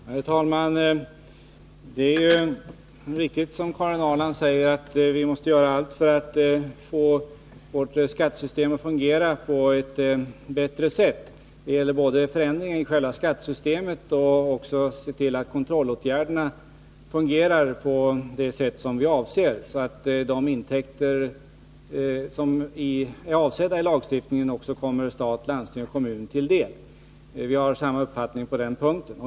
Herr talman! Det är riktigt som Karin Ahrland säger att vi måste göra allt för att få vårt skattesystem att fungera på ett bättre sätt. Det gäller både förändringen i själva skattesystemet och kontrollen av att det nuvarande systemet fungerar på det sätt vi avser, nämligen så att de skatteintäkter som enligt lagstiftningen är avsedda för stat, landsting och kommun också kommer dessa till del. Vi har samma uppfattning på den punkten.